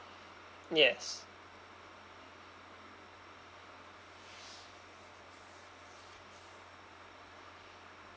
yes